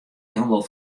hielendal